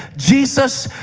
jesus,